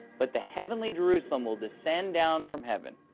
but the heavenly jerusalem will descend down from heaven.